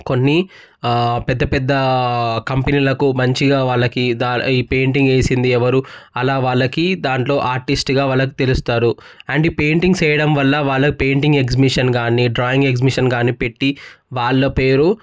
కొన్ని పెద్దపెద్ద కంపెనీలకు మంచిగా వాళ్లకి ద పెయింటింగ్ వేసింది ఎవరు అలా వాళ్ళకి దాంట్లో ఆర్టిస్ట్గా వాళ్లకు తెలుస్తారు అండ్ పెయింటింగ్స్ వేయడం వల్ల పెయింటింగ్ గానీ డ్రాయింగ్ ఎగ్జిబిషన్ గానీ పెట్టి వాళ్ళ పేరు